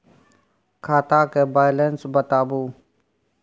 खाता के बैलेंस बताबू?